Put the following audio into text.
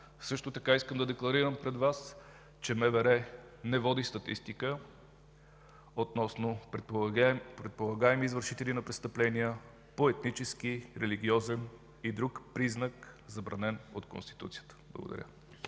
Също така искам да декларирам пред Вас, че МВР не води статистика относно предполагаеми извършители на престъпления по етнически, религиозен и друг признак, забранен от Конституцията. Благодаря.